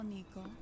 Nico